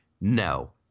No